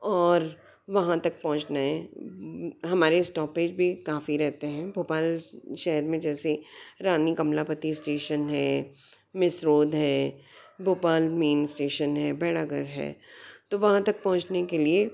और वहाँ तक पहुँचना है हमारे इस्टॉपेज भी काफ़ी रहते हैं भोपाल शहर में जैसे रानी कमलापति इस्टेशन है मिसरोद है भोपाल मेंन इस्टेशन है बेड़ागर है तो वहाँ तक पहुँचने के लिए